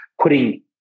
putting